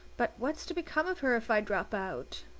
but what's to become of her if i drop out?